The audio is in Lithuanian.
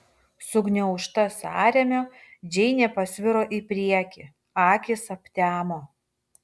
sugniaužta sąrėmio džeinė pasviro į priekį akys aptemo